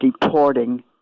deporting